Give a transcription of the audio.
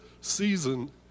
season